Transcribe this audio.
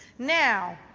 now,